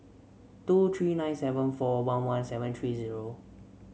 two three nine seven four one one seven three zero